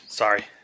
Sorry